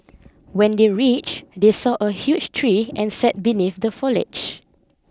when they reach they saw a huge tree and sat beneath the foliage